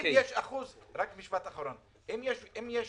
אם יש